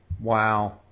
Wow